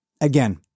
again